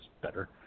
better